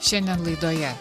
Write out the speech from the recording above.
šiandien laidoje